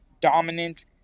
dominant